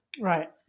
Right